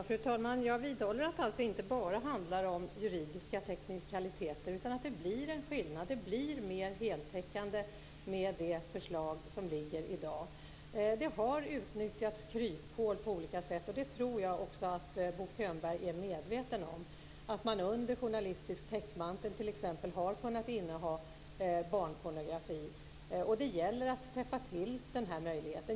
Fru talman! Jag vidhåller att det alltså inte bara handlar om juridiska teknikaliteter. Det blir en skillnad. Det blir mer heltäckande med det förslag som ligger i dag. Kryphål har utnyttjats på olika sätt, och det tror jag att också Bo Könberg är medveten om. T.ex. under journalistisk täckmantel har man kunnat inneha barnpornografi. Det gäller att täppa till dessa kryphål.